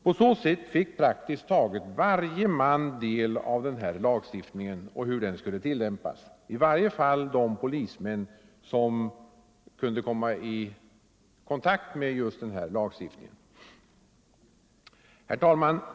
På så sätt fick praktiskt taget varje polisman, i varje fall de som kunde komma i kontakt med just denna lagstiftning, del av hur den skulle tillämpas. Herr talman!